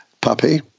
puppy